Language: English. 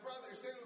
brothers